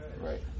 Right